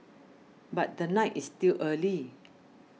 but the night is still early